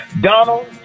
Donald